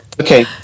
Okay